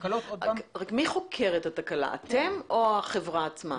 מי חוקר את התקלה אתם או החברה עצמה?